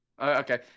Okay